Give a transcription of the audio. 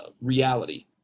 reality